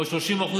ועוד 30%